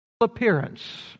appearance